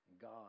God